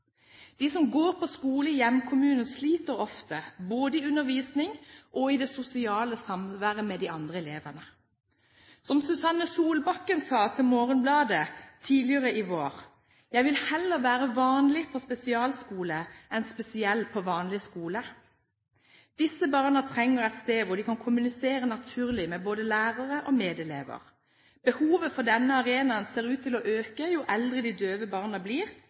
De som går på skole i hjemkommunen, sliter ofte både i undervisningen og i det sosiale samværet med de andre elevene. Som Susanne Solbakken sa til Morgenbladet tidligere i vår: Jeg vil heller være vanlig på spesialskole enn spesiell på vanlig skole. Disse barna trenger et sted hvor de kan kommunisere naturlig med både lærere og medelever. Behovet for denne arenaen ser ut til å øke jo eldre de døve barna blir.